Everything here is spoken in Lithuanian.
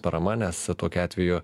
parama nes tokiu atveju